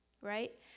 right